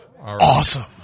Awesome